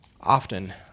Often